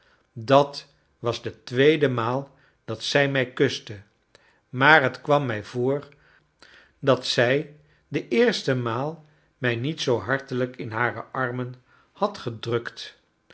dat was de tweede maal dat zij mij kuste maar het kwam mij voor dat zij de eerste maal mij niet zoo hartelijk in hare armen had gedrukt